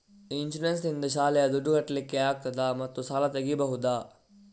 Insurance ನಿಂದ ಶಾಲೆಯ ದುಡ್ದು ಕಟ್ಲಿಕ್ಕೆ ಆಗ್ತದಾ ಮತ್ತು ಸಾಲ ತೆಗಿಬಹುದಾ?